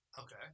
Okay